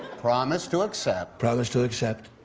promise to accept promise to accept.